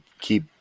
keep